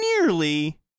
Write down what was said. nearly